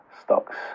stocks